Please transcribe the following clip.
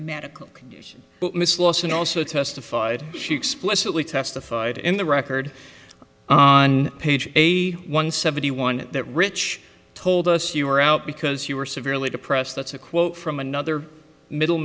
medical condition but miss lawson also testified she explicitly testified in the record on page eighty one seventy one that rich told us you were out because you were severely depressed that's a quote from another middle